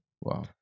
wow